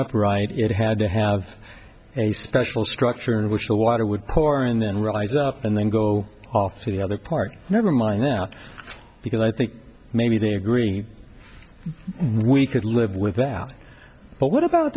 up right it had to have a special structure in which the water would pour in then rise up and then go off for the other part never mind that because i think maybe they agree we could live with that but what about